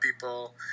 people